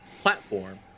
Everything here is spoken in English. platform